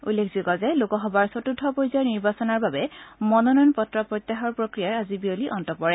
উল্লেখযোগ্য যে লোকসভাৰ চতুৰ্থ পৰ্যায়ৰ নিৰ্বাচনৰ বাবে মনোনয়ন পত্ৰ প্ৰত্যাহাৰৰ আজি বিয়লি অন্ত পৰে